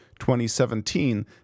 2017